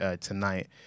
tonight